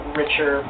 richer